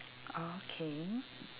okay